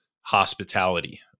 hospitality